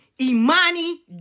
Imani